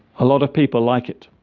a lot of people like it